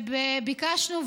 וביקשנו,